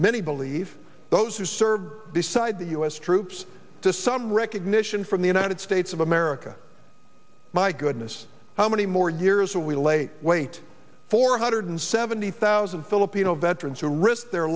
many believe those who served beside the u s troops to some recognition from the united states of america my goodness how many more years of we late wait four hundred seventy thousand filipino veterans who risked their